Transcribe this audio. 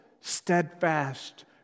steadfast